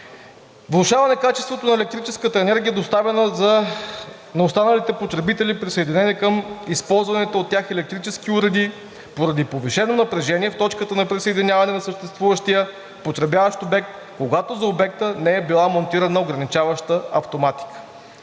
влошаване качеството на електрическата енергия, доставяна на останалите потребители, присъединени към използваните от тях електрически уреди поради повишено напрежение в точката на присъединяване на съществуващия потребяващ обект, когато за обекта не е била монтирана ограничаваща автоматика.